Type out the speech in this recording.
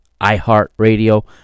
iHeartRadio